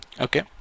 Okay